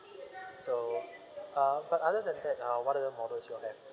so uh but other than that uh what other models you all have